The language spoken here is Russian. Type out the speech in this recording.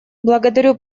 благодарю